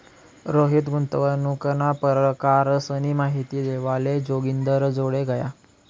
रोहित गुंतवणूकना परकारसनी माहिती लेवाले जोगिंदरजोडे गया